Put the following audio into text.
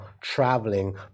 traveling